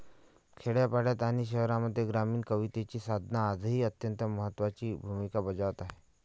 खेड्यापाड्यांत आणि शहरांमध्ये ग्रामीण कवितेची साधना आजही अत्यंत महत्त्वाची भूमिका बजावत आहे